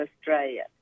Australia